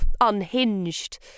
unhinged